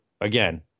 again